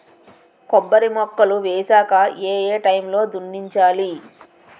కొబ్బరి మొక్కలు వేసాక ఏ ఏ టైమ్ లో దున్నించాలి?